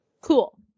Cool